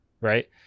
right